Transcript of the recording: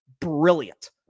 brilliant